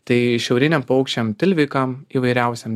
tai šiauriniam paukščiam tilvikam įvairiausiem